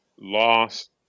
lost